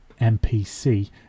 MPC